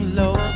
low